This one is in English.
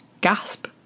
gasp